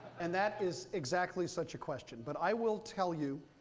and that is exactly such a question. but i will tell you,